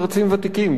מרצים ותיקים,